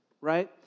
right